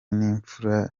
n’imfura